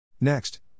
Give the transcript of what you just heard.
Next